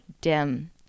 dim